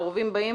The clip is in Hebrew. העורבים באים,